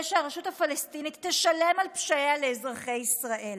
שהרשות הפלסטינית תשלם על פשעיה לאזרחי ישראל.